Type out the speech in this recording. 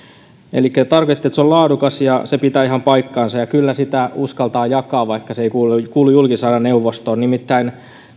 elikkä te tarkoititte että se on laadukas ja se pitää ihan paikkansa kyllä sitä uskaltaa jakaa vaikka se ei kuulu julkisen sanan neuvostoon nimittäin